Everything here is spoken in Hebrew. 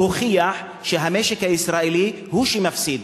הוא הוכיח שהמשק הישראלי הוא שמפסיד,